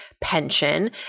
pension